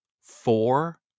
four